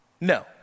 No